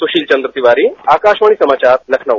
सुशील चंद्र तिवारी आकाशवाणी समाचार लखनऊ